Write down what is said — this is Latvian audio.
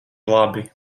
labi